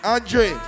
Andre